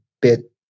bit